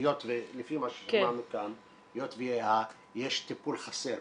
היות ולפי מה ששמענו כאן יש טיפול חסר,